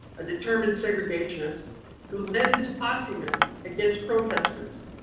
a determined segregationist who led his posse men against protesters.